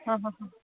ಹಾಂ ಹಾಂ ಹಾಂ